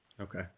Okay